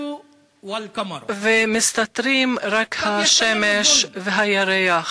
ומסתתרים רק השמש והירח.